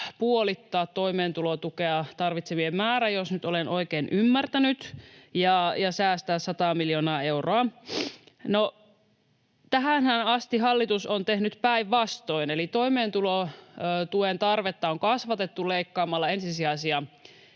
puolittaa toimeentulotukea tarvitsevien määrä, jos nyt olen oikein ymmärtänyt, ja säästää sata miljoonaa euroa. No, tähänhän asti hallitus on tehnyt päinvastoin, eli toimeentulotuen tarvetta on kasvatettu leikkaamalla ensisijaisia